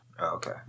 okay